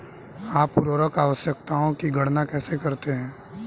आप उर्वरक आवश्यकताओं की गणना कैसे करते हैं?